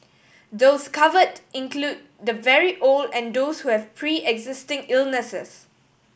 those covered include the very old and those who have preexisting illnesses